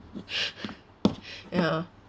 ya